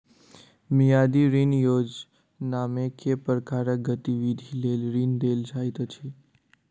मियादी ऋण योजनामे केँ प्रकारक गतिविधि लेल ऋण देल जाइत अछि